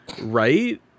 right